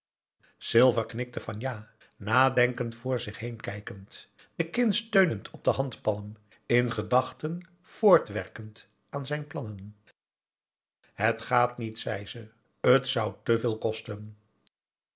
silver knikte van ja nadenkend voor zich heen kijkend de kin steunend op de handpalm in gedachten voortwerkend aan zijn plannen het gaat niet zei ze het zou te veel kosten